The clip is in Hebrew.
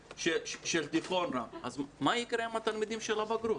מה יקרה עם התלמידים של הבגרות?